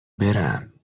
برم